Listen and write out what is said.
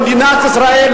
במדינת ישראל,